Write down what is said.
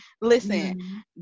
Listen